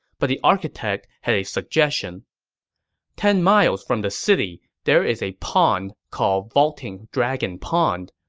but the architect had a suggestion ten miles from the city, there is a pond called vaulting dragon pond,